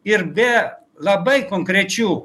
ir be labai konkrečių